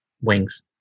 wings